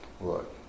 Look